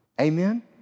Amen